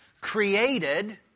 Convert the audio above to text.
created